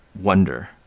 wonder